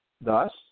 Thus